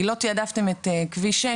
כי לא תעדפתם את כביש 6,